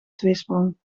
tweesprong